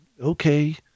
okay